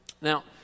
Now